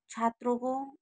छात्रों को